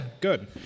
good